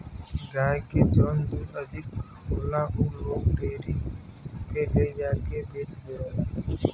गाय से जौन दूध अधिक होला उ लोग डेयरी पे ले जाके के बेच देवला